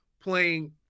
playing